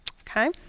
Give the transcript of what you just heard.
Okay